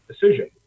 decision